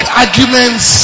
arguments